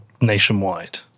nationwide